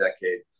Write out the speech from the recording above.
decade